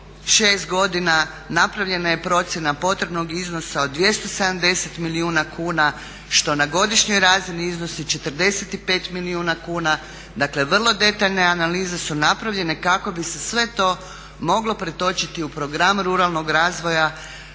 6 godina napravljena je procjena potrebnog iznosa od 270 milijuna kuna što na godišnjoj razini iznosi 45 milijuna kuna. Dakle, vrlo detaljne analize su napravljene kako bi se sve to moglo pretočiti u program ruralnog razvoja